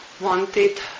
wanted